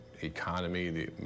economy